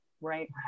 Right